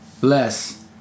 Less